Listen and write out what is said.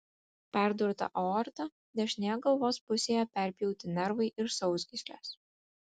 perdurta aorta dešinėje galvos pusėje perpjauti nervai ir sausgyslės